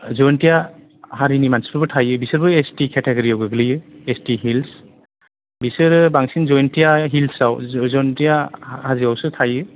जयेन्तिया हारिनि मानसिफोरबो थायो बिसोरबो एस टि केटेग'रियाव गोग्लैयो एस टि हिल्स बिसोरो बांसिन जयेन्तिया हिल्सयाव ज' जयेन्टिया हा हाजोयावसो थायो